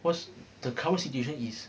cause the current situation is